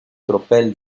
tropel